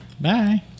bye